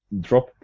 drop